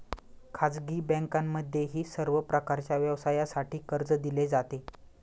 खाजगी बँकांमध्येही सर्व प्रकारच्या व्यवसायासाठी कर्ज दिले जाते